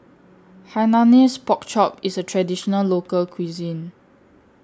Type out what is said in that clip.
Hainanese Pork Chop IS A Traditional Local Cuisine